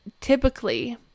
typically